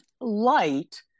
light